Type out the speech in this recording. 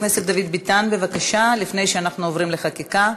לפני שאנחנו עוברים לחקיקה,